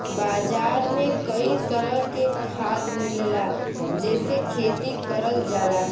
बाजार में कई तरह के खाद मिलला जेसे खेती करल जाला